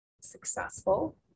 successful